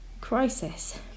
crisis